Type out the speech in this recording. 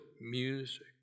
music